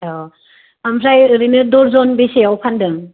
औ आमफ्राय ओरैनो दर जन बेसेयाव फानदों